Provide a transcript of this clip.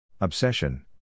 obsession